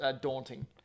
daunting